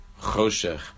choshech